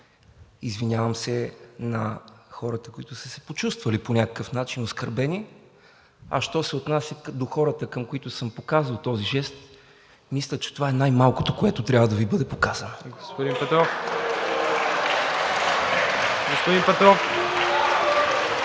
Извинявам се на хората, които са се почувствали по някакъв начин оскърбени. А що се отнася до хората, към които съм показал този жест, мисля, че това е най-малкото, което трябва да Ви бъде показано. (Ръкопляскания от